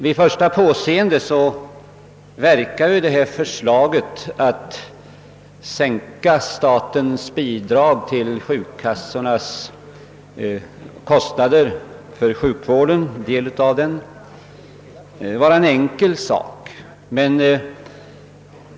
Vid första påseendet verkar ju förslaget att sänka statens bidrag till en del av sjukkassornas kostnader för sjukvården vara en enkel åtgärd.